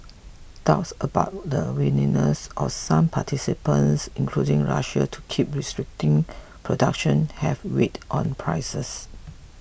doubts about the willingness of some participants including Russia to keep restricting production have weighed on prices